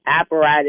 apparatus